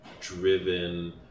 driven